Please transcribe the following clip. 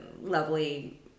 lovely